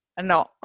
No